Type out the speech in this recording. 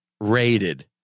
rated